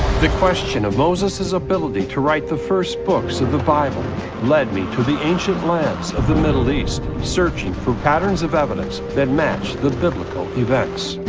the question of moses's ability to write the first books of the bible led me to the ancient lands of the middle east, searching for patterns of evidence that match the biblical events.